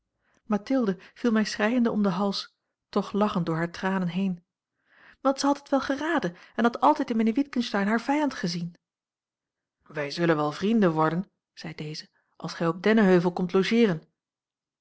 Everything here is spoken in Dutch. mathilde viel mij schreiende om den hals toch lachend door hare tranen heen want zij had het wel geraden en had altijd in mijnheer witgensteyn haar vijand gezien wij zullen wel vrienden worden zei deze als gij op dennenheuvel komt logeeren